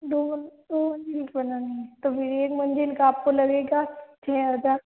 दो दो मंज़िल बनाने है तो फिर एक मंज़िल का आप को लगेगा छः हज़ार